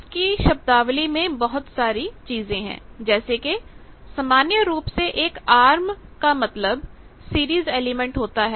किसकी शब्दावली में बहुत सारी चीजें हैं जैसे कि सामान्य रूप से एक आर्म का मतलब सीरीज एलिमेंट होता है